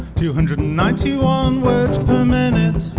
two hundred and ninety one words per minute